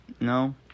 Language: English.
No